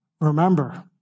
Remember